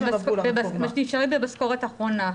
המשכורת האחרונה.